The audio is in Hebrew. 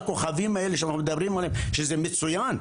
אנחנו הכי פחות משתכרים.